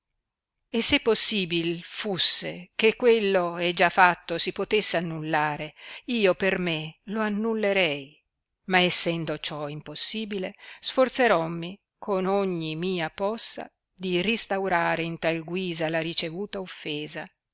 e se possibil fusse che quello è già fatto si potesse annullare io per me lo annullarci ma essendo ciò impossibile sforzerommi con ogni mia possa di ristaurare in tal guisa la ricevuta offesa